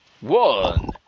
one